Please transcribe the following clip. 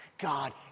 God